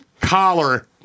collar